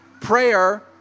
Prayer